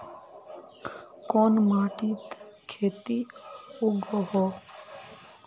कोन माटित खेती उगोहो?